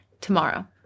tomorrow